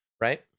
right